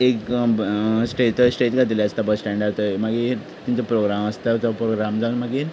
एक stage stage घातिल्ली आसता बसस्टँडार थंय मागीर थंय तो प्रोग्राम आसता तो प्रोग्राम जावन मागीर